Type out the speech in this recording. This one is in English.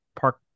park